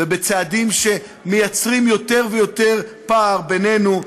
ובצעדים שמייצרים יותר ויותר פער בינינו,